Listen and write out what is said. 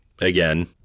again